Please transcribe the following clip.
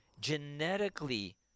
genetically